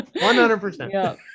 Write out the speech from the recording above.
100%